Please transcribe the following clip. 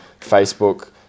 Facebook